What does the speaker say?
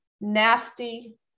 nasty